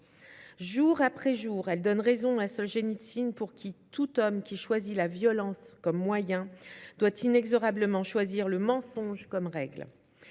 Jour après jour, elle donne raison à Soljenitsyne pour qui « tout homme qui choisit la violence comme moyen doit inexorablement choisir le mensonge comme règle